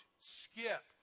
skip